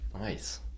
Nice